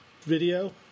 video